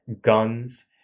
guns